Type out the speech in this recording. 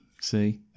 See